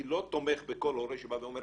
אני לא תומך בכל הורה שבא ואומר,